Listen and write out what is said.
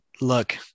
look